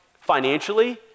financially